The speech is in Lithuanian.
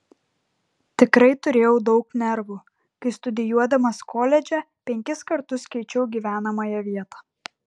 tikrai turėjau daug nervų kai studijuodamas koledže penkis kartus keičiau gyvenamąją vietą